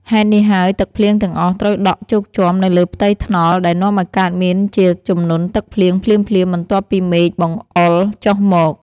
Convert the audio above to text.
ហេតុនេះហើយ ទឹកភ្លៀងទាំងអស់ត្រូវដក់ជោកជាំនៅលើផ្ទៃថ្នល់ ដែលនាំឱ្យកើតមានជាជំនន់ទឹកភ្លៀងភ្លាមៗបន្ទាប់ពីមេឃបង្អុរចុះមក។